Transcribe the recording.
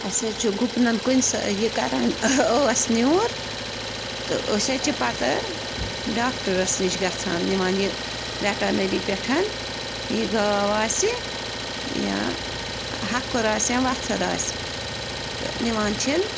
اَسہِ حظ چھُ گُپنَن کُنۍ سا یہِ کَران ٲس نیوٗر تہٕ أسۍ حظ چھِ پَتہٕ ڈاکٹَرَس نِش گژھان نِوان یہِ وٮ۪ٹَنٔری پٮ۪ٹھ یہِ گاو آسہِ یا ہَکھُر آسہِ یا وَژھٕر آسہِ تہٕ نِوان چھِن